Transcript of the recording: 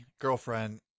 girlfriend